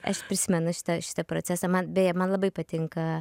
aš prisimenu šitą šitą procesą man beje man labai patinka